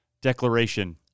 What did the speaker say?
declaration